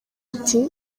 ati